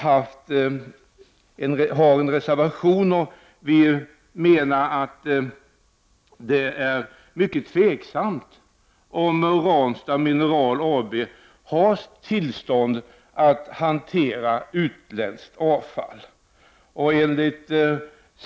Det är enligt vår mening mycket osäkert om Ranstad Mineral AB har tillstånd att hantera utländskt avfall.